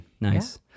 Nice